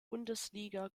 bundesliga